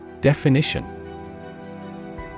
Definition